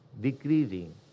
decreasing